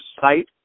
site